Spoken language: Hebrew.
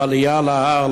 בעלייה להר,